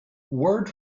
word